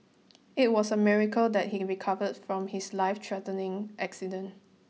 it was a miracle that he recovered from his lifethreatening accident